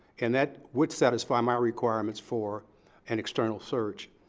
and that would satisfy my requirements for an external search.